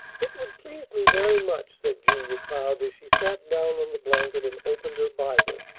it would please me very much, said julia cloud as she sat down on the blanket and opened her bible,